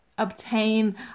obtain